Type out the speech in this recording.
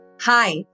Hi